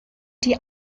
die